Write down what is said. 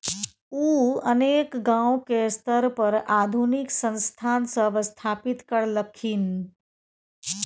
उ अनेक गांव के स्तर पर आधुनिक संसाधन सब स्थापित करलखिन